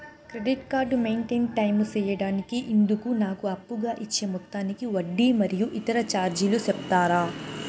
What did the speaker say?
Credit card maintain time సేయడానికి ఇందుకు నాకు అప్పుగా ఇచ్చే మొత్తానికి వడ్డీ మరియు ఇతర చార్జీలు సెప్తారా?